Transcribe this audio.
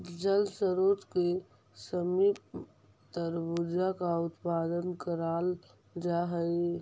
जल स्रोत के समीप तरबूजा का उत्पादन कराल जा हई